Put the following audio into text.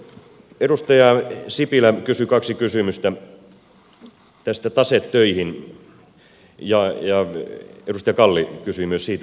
edustaja sipilä kysyi kaksi kysymystä tasetöihin liittyen ja edustaja kalli kysyi myös siitä